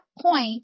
point